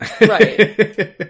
Right